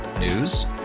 News